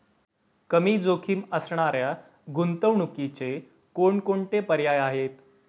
कमी जोखीम असणाऱ्या गुंतवणुकीचे कोणकोणते पर्याय आहे?